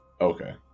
Okay